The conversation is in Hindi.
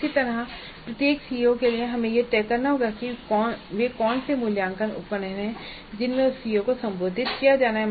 इसी तरह प्रत्येक सीओ के लिए हमें यह तय करना होगा कि वे कौन से मूल्यांकन उपकरण हैं जिनमें उस सीओ को संबोधित किया जाना है